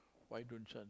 why don't you